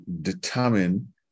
determine